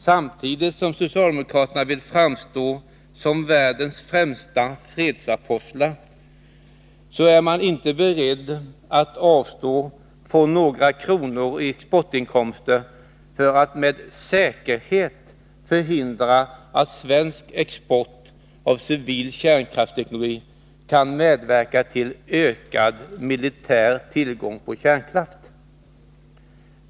Samtidigt som de vill framstå som världens främsta fredsapostlar är de inte beredda att avstå några kronor i exportinkomster för att med säkerhet förhindra att svensk export av civil kärnkraftsteknologi kan medverka till ökad militär tillgång på kärnkraft.